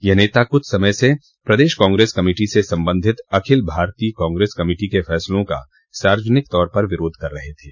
यह नेता कुछ समय से प्रदेश कांग्रेस कमेटी से सम्बन्धित अखिल भारतीय कांग्रेस कमेटी के फैसलों का सार्वजनिक तौर पर विरोध कर रहे थे